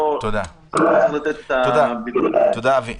תודה אבי.